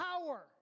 power